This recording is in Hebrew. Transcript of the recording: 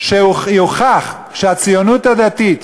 שיוכח שהציונות הדתית,